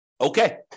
Okay